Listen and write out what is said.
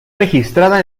registrada